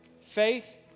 Faith